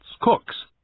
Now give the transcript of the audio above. cooks